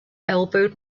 elbowed